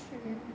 mm